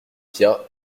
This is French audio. piat